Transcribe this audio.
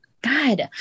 god